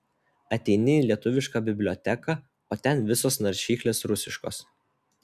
ateini į lietuviška biblioteką o ten visos naršyklės rusiškos